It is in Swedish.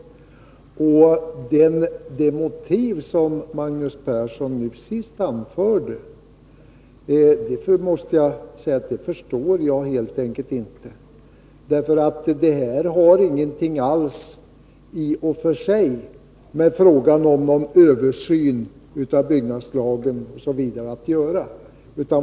När det gäller det motiv som Magnus Persson nu senast anförde måste jag säga att det förstår jag helt enkelt inte. Det har ingenting alls att göra med frågan om en översyn av byggnadslagen osv.